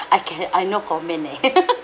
I can I no comment leh